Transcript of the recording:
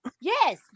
Yes